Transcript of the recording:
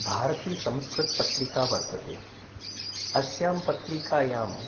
भारतीसंस्कृतपत्रिका वर्तते अस्यां पत्रिकायां